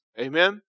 Amen